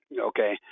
Okay